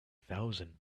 thousand